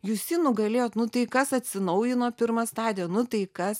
jūs jį nugalėjot nu tai kas atsinaujino pirma stadija nu tai kas